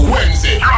Wednesday